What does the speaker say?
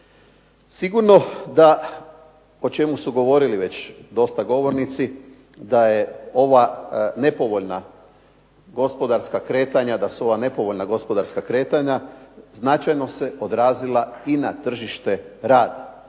Sigurno da o čemu su govorili već dosta govornici, da je ova nepovoljna gospodarska kretanja, da su ova nepovoljna